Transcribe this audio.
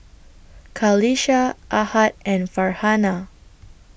Qalisha Ahad and Farhanah